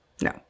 No